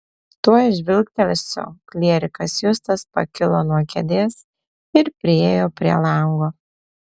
tuoj žvilgtelsiu klierikas justas pakilo nuo kėdės ir priėjo prie lango